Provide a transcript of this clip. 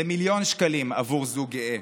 זה מיליון שקלים עבור זוג גאה.